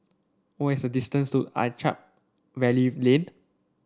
what is the distance to Attap Valley Lane